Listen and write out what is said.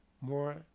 more